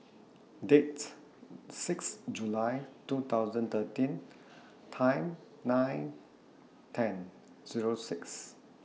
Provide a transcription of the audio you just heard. Dates six July two thousand thirteen Time nine ten Zero six